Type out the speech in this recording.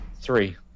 Three